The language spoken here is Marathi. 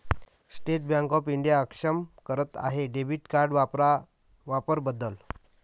स्टेट बँक ऑफ इंडिया अक्षम करत आहे डेबिट कार्ड वापरा वापर बदल